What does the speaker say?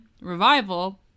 Revival